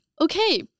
okay